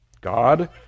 God